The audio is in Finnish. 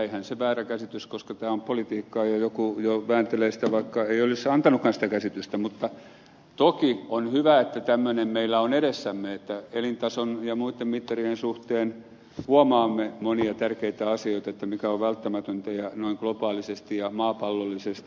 jäihän se väärä käsitys koska tämä on politiikkaa ja joku jo vääntelee sitä vaikka ei olisi antanutkaan sitä käsitystä että toki on hyvä että tämmöinen meillä on edessämme että elintason ja muiden mittarien suhteen huomaamme monia tärkeitä asioita mikä on välttämätöntä noin globaalisesti ja maapallollisesti